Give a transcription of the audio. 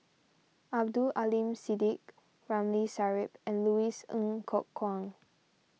Abdul Aleem Siddique Ramli Sarip and Louis Ng Kok Kwang